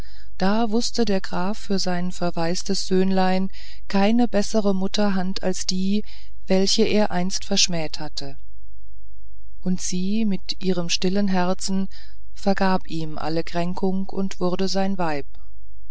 da wußte der graf für sein verwaistes söhnlein keine bessere mutterhand als die welche er einst verschmäht hatte und sie mit ihrem stillen herzen vergab ihm alle kränkung und wurde jetzt sein weib